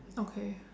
okay